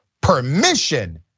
permission